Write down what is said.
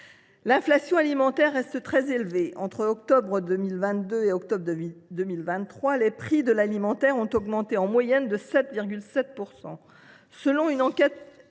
L’inflation alimentaire reste très élevée : entre octobre 2022 et octobre 2023, les prix de l’alimentation ont augmenté en moyenne de 7,7 %.